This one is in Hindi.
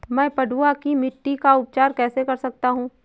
मैं पडुआ की मिट्टी का उपचार कैसे कर सकता हूँ?